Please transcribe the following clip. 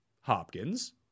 Hopkins